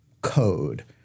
code